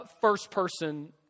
first-person